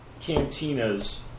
cantinas